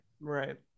Right